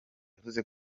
yavuze